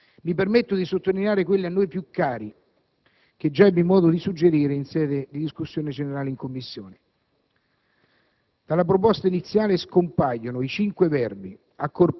Mi permetto di sottolineare quelli a me più cari, che già ebbi modo di suggerire in sede di discussione generale in Commissione: dalla proposta iniziale scompaiono i cinque verbi